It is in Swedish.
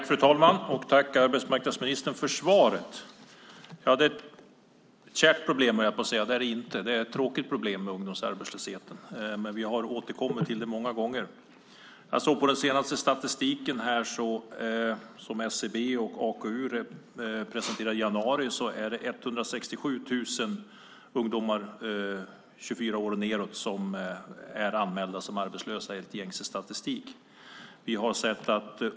Fru talman! Jag tackar arbetsmarknadsministern för svaret. Jag höll på att säga att det är ett kärt problem, men det är det inte. Det är ett tråkigt problem med ungdomsarbetslösheten. Men vi har återkommit till det många gånger. Jag såg på den senaste statistiken som SCB och AKU presenterade i januari att det är 167 000 ungdomar som är 24 år eller yngre som är anmälda enligt gängse statistik.